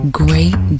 great